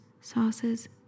sauces